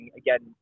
again